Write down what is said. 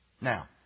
Now